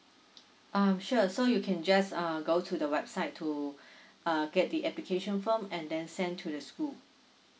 um sure so you can just uh go to the website to uh get the application form and then send to the school